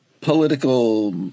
political